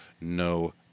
no